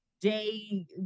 day